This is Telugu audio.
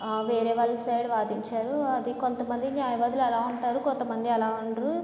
వేరేవాళ్ళ సైడ్ వాదించారు అది కొంతమంది న్యాయవాదులు అలా ఉంటారు కొంతమంది అలా ఉండరు